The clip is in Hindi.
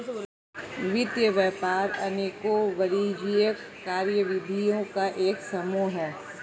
वित्त व्यापार अनेकों वाणिज्यिक कार्यविधियों का एक समूह है